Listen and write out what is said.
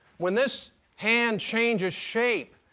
when this hand changes shape,